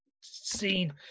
seen